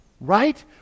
Right